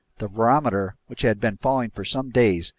the barometer, which had been falling for some days,